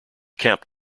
camp